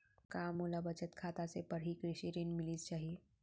का मोला बचत खाता से पड़ही कृषि ऋण मिलिस जाही?